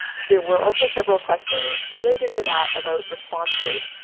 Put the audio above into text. there were also several questions related to that about response rate.